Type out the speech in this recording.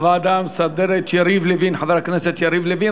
הוועדה המסדרת, חבר הכנסת יריב לוין.